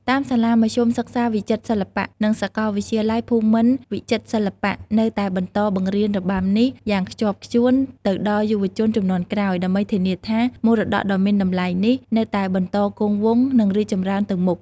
តាមសាលាមធ្យមសិក្សាវិចិត្រសិល្បៈ និងសាកលវិទ្យាល័យភូមិន្ទវិចិត្រសិល្បៈ នៅតែបន្តបង្រៀនរបាំនេះយ៉ាងខ្ជាប់ខ្ជួនទៅដល់យុវជនជំនាន់ក្រោយ ដើម្បីធានាថា មរតកដ៏មានតម្លៃនេះនៅតែបន្តគង់វង្ស និងរីកចម្រើនទៅមុខ។